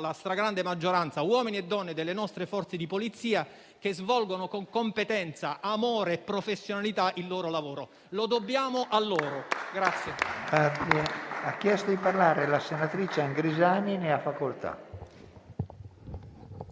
la stragrande maggioranza - uomini e donne delle nostre forze di polizia che svolgono con competenza, amore e professionalità il proprio lavoro. Lo dobbiamo a loro